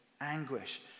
anguish